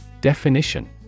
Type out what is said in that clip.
Definition